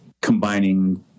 combining